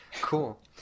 cool